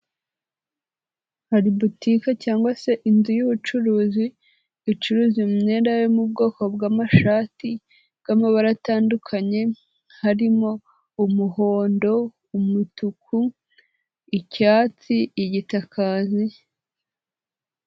Hari butike cyangwa se inzu y'ubucuruzi, icuruza imyenda yo mu bwoko bw'amashati bw'amabara atandukanye harimo umuhondo, umutuku, icyatsi, igitakazi.